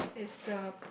is the